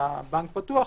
שהבנק פתוח,